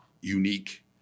unique